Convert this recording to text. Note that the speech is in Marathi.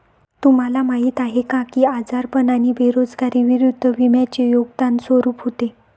तुम्हाला माहीत आहे का की आजारपण आणि बेरोजगारी विरुद्ध विम्याचे योगदान स्वरूप होते?